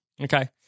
Okay